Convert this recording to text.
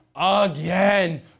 again